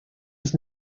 was